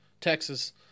Texas